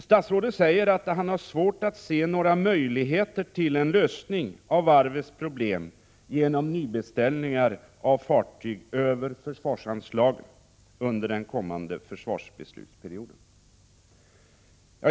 Statsrådet säger att han har svårt att se några möjligheter till en lösning av varvets problem genom nybeställningar av fartyg över försvarsanslagen under den kommande försvarsbeslutsperioden.